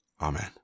amen